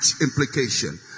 implication